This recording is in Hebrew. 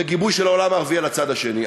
בגיבוי של העולם הערבי, על הצד השני.